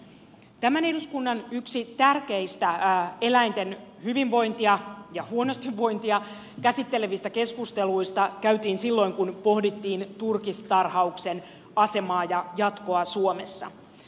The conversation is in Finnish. tämän eduskunnan yksi tärkeistä eläinten hyvinvointia ja huonostivointia käsittelevistä keskusteluista käytiin silloin kun pohdittiin turkistarhauksen asemaa ja jatkoa suomessa